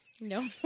No